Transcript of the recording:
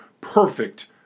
perfect